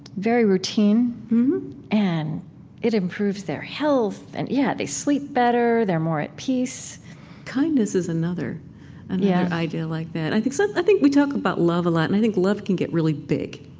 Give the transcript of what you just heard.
very routine mm-hmm and it improves their health, and, yeah, they sleep better, they're more at peace kindness is another yeah idea like that. i think so i think we talk about love a lot, and i think love can get really big.